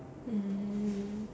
mm